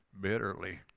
bitterly